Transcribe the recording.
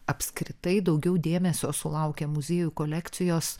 apskritai daugiau dėmesio sulaukė muziejų kolekcijos